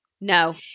No